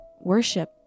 worship